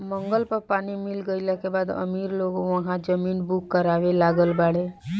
मंगल पर पानी मिल गईला के बाद अमीर लोग उहा जमीन बुक करावे लागल बाड़े